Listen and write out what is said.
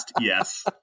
yes